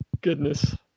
Goodness